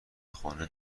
خانه